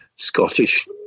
scottish